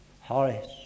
Horace